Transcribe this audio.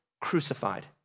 crucified